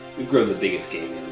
we've grown the biggest game